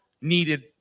needed